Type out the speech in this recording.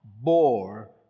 bore